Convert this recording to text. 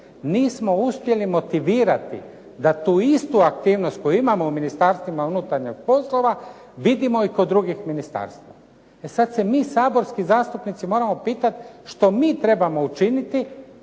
Nismo uspjeli motivirati da tu istu aktivnost koju imamo u Ministarstvima unutarnjih poslova vidimo i kod drugih ministarstava. E sad se mi saborski zastupnici moramo pitati što mi trebamo učiniti